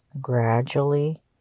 Gradually